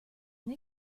une